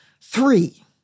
three